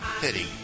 Pity